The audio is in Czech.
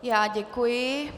Já děkuji.